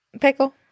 Pickle